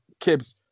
Kibbs